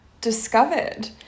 discovered